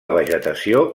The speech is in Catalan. vegetació